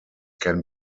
can